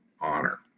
honor